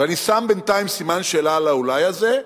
ואני שם בינתיים סימן שאלה על ה"אולי" הזה,